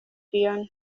phiona